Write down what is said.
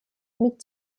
mit